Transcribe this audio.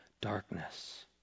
darkness